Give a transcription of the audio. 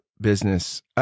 business